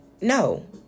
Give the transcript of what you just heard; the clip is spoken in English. no